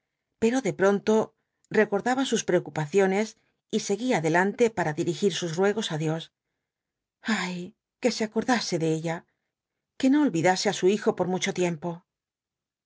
pero de pronto recordaba sus preocupaciones y seguía adelante para dirigir sus ruegos á dios ay que e acordase de ella que no olvidase á su hijo por muho tiempo